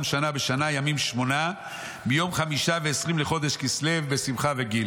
שנה בשנה ימים שמונה מיום חמישה ועשרים לחודש כסליו בשמחה וגיל.